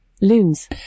loons